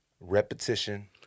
repetition